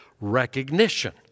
recognition